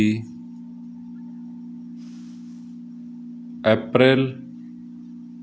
ਇਹ ਇੱਕ ਤਰ੍ਹਾਂ ਦਾ ਆਰਟ ਹੈ